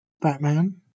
Batman